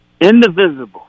Indivisible